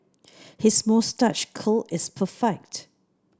his moustache curl is perfect